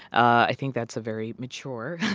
i think that's a very mature.